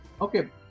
Okay